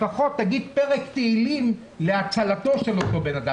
לפחות תגיד פרק תהילים להצלתו של אותו אדם.